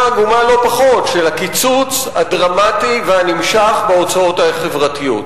עגומה לא פחות של הקיצוץ הדרמטי והנמשך בהוצאות החברתיות.